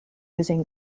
using